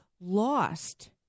lost